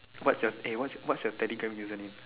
what's your eh what's your what's your telegram username